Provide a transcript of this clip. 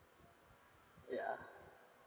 yeah